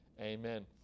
Amen